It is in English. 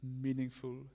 meaningful